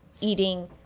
eating